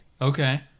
Okay